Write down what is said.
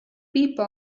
people